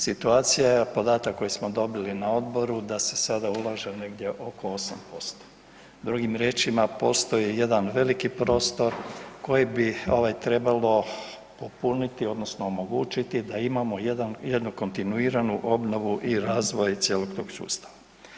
Situacija je, a podatak koji smo dobili na Odboru da se sada ulaže negdje oko 8%, drugim riječima postoji jedan veliki prostor koji bi ovaj trebalo popuniti odnosno omogućiti da imamo jedan, jednu kontinuiranu obnovu i razvoj cijelog tog sustava.